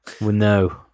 no